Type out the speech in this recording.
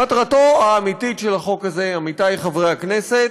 מטרתו האמיתית של החוק הזה, עמיתי חברי הכנסת,